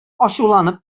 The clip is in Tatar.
ачуланып